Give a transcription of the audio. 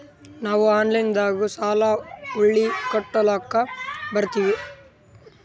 ನಾವು ಆನಲೈನದಾಗು ಸಾಲ ಹೊಳ್ಳಿ ಕಟ್ಕೋಲಕ್ಕ ಬರ್ತದ್ರಿ?